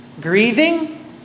grieving